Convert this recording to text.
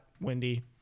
windy